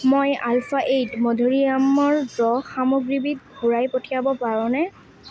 মই alpha eight মধুৰীআমৰ ৰস সামগ্ৰীবিধ ঘূৰাই পঠিয়াব পাৰোঁনে